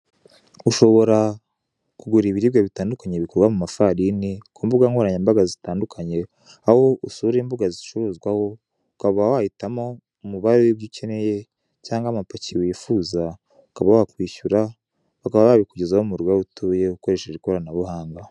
Ushobora kugura ibiribwa bitandukanye bikorwa mu mafarini ku mbuga nkoranya mbaga zitandukanye aho usura imbuga zicuruzwaho ukaba wahitamo umubare w'ibyo ukeneye cyangwa amapaki wifuza ukaba wakishyura bakaba babikugezaho mu rugo aho utuye ukoresheje ikoranabuhanga.